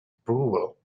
approval